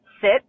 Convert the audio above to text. sit